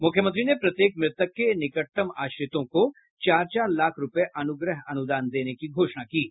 मूख्यमंत्री ने प्रत्येक मृतक के निकटतम आश्रितों को चार चार लाख रूपये अनुग्रह अनुदान देने की घोषणा की है